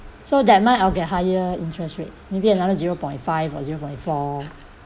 so that month I'll get higher interest rate maybe another zero point five or zero point four